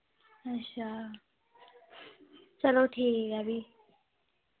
अच्छा चलो ठीक ऐ फ्ही